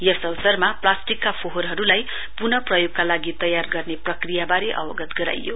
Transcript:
यस अवसरमा प्लास्टिकका फोहोरहरुलाई पुन प्रयोगका लागि तयार गर्ने प्रक्रिया वारे अवगत गराइयो